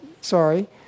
sorry